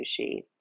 sushi